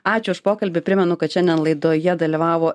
ačiū už pokalbį primenu kad šiandien laidoje dalyvavo